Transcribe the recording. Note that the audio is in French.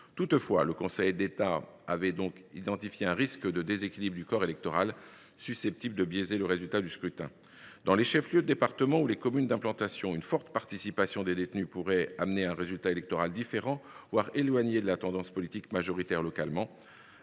Toutefois, le Conseil d’État avait aussi identifié un risque de déséquilibre du corps électoral, susceptible de biaiser le résultat du scrutin. Dans les chefs lieux de département ou les communes d’implantation de lieux de détention, une forte participation des détenus pourrait mener à un résultat électoral différent, voire éloigné de la tendance politique majoritaire localement.